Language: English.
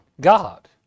God